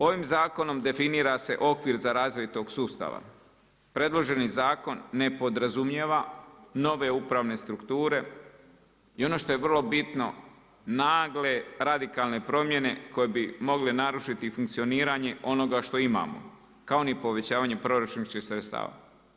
Ovim zakonom definira se okvir za razvoj tog sustava, predloženi zakon ne podrazumijeva nove upravne strukture i ono šti je vrlo bitno, nagle radikalne promjene koje bi mogle narušiti funkcioniranje onoga što imamo kao ni povećavanje proračunskih sredstava.